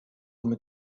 mit